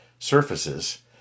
surfaces